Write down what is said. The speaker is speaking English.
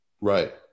Right